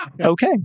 Okay